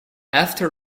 after